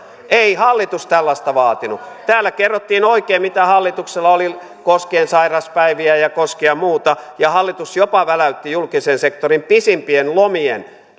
ei hallitus tällaista vaatinut täällä kerrottiin oikein mitä hallituksella oli koskien sairauspäiviä ja koskien muuta ja hallitus jopa väläytti julkisen sektorin pisimpien lomien